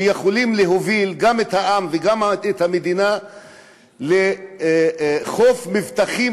שיכולים להוביל גם את העם וגם את המדינה לחוף מבטחים,